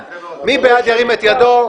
מי בעד ירים את ידו?